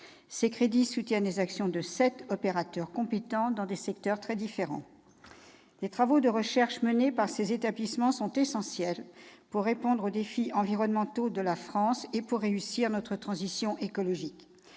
Ces crédits soutiennent les actions de sept opérateurs, compétents dans des secteurs très différents. Les travaux de recherche menés par ces établissements sont essentiels pour répondre aux défis environnementaux de la France et pour réussir notre transition écologique.